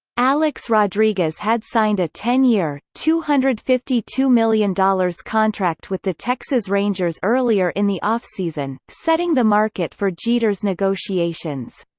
alex rodriguez had signed a ten-year, two hundred and fifty two million dollars contract with the texas rangers earlier in the offseason, setting the market for jeter's negotiations.